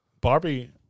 Barbie